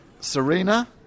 Serena